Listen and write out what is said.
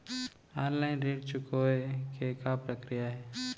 Online ऋण चुकोय के का प्रक्रिया हे?